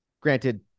Granted